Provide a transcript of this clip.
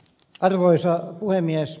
arvoisa puhemies